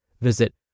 Visit